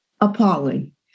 appalling